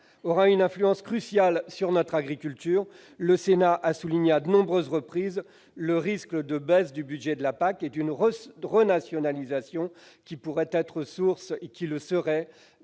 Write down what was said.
aura une influence cruciale sur notre agriculture. Le Sénat a souligné à de nombreuses reprises le risque de baisse du budget de la PAC et d'une renationalisation qui serait source de distorsions